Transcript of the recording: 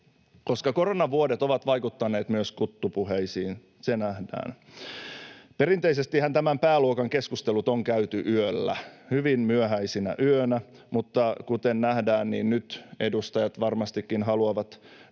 Koronavuodet ovat vaikuttaneet myös kuttupuheisiin, se nähdään. Perinteisestihän tämän pääluokan keskustelut on käyty yöllä, hyvin myöhäisinä öinä, mutta kuten nähdään, nyt edustajat varmastikin haluavat nukkua